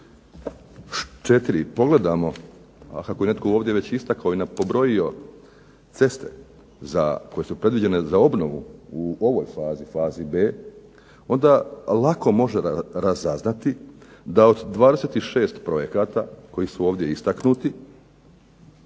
str. 54 pogledamo, a kako je netko ovdje već istakao i pobrojio ceste koje su predviđene za obnovu u ovoj fazi, fazi "B" onda lako može razaznati da od 26 projekata koji su ovdje istaknuti